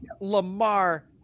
Lamar